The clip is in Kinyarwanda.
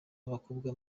n’abakobwa